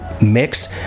mix